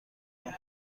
الان